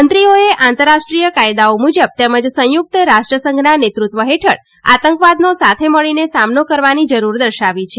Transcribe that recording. મંત્રીઓએ આંતરરાષ્ટ્રીય કાયદાઓ મુજબ તેમજ સંયુક્ત રાષ્ટ્ર સંઘના નેતૃત્વ હેઠળ આતંકવાદનો સાથે મળીને સામનો કરવાની જરૂર દર્શાવી છે